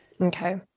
Okay